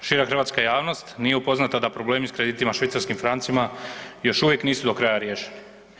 Šira hrvatska javnost nije upoznata da problemi s kreditima švicarskim francima još uvijek nisu do kraja riješeni.